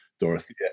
Dorothy